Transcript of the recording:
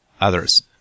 others